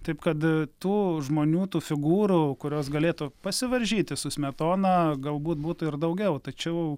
taip kad tų žmonių tų figūrų kurios galėtų pasivaržyti su smetona galbūt būtų ir daugiau tačiau